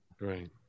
Right